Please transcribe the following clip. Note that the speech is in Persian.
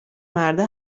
مرده